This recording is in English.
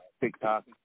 TikTok